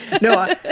No